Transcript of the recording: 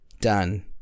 done